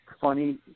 funny